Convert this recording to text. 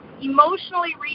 emotionally